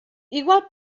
igual